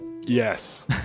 yes